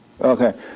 Okay